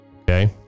Okay